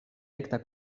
rekta